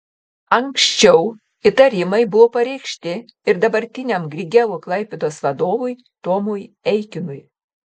anksčiau įtarimai buvo pareikšti ir dabartiniam grigeo klaipėdos vadovui tomui eikinui